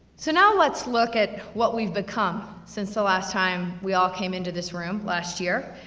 so now let's look at what we've become, since the last time we all came into this room, last year.